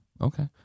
Okay